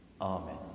Amen